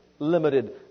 limited